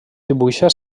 dibuixa